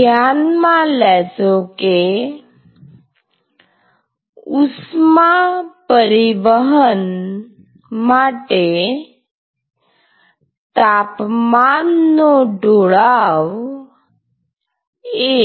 ધ્યાનમાં લેશો કે ઉષ્મા પરિવહન માટે તાપમાનનો ઢોળાવ એ